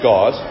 God